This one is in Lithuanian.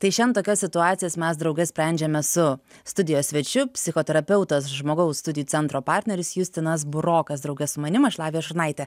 tai šian tokias situacijas mes drauge sprendžiame su studijos svečiu psichoterapeutas žmogaus studijų centro partneris justinas burokas drauge su manim aš lavija šurnaitė